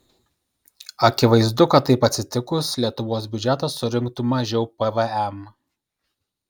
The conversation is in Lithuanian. akivaizdu kad taip atsitikus lietuvos biudžetas surinktų mažiau pvm